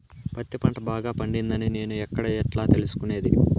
పత్తి పంట బాగా పండిందని నేను ఎక్కడ, ఎట్లా తెలుసుకునేది?